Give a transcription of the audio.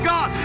God